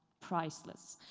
priceless.